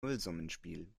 nullsummenspiel